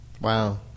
wow